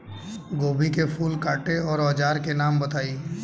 गोभी के फूल काटे के औज़ार के नाम बताई?